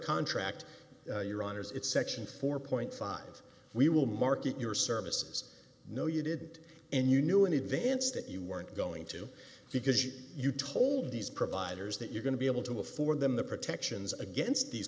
contract your honour's it section four point five we will market your services no you did and you knew in advance that you weren't going to because you told these providers that you're going to be able to afford them the protections against these